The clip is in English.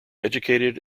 educated